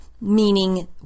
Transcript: meaning